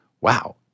wow